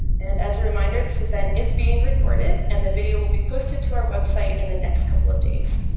and as a reminder, this event is being recorded and the video will be posted to our website in the next couple of days.